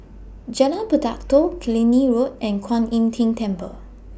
Jalan Pelatok Killiney Road and Kuan Im Tng Temple